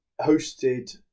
hosted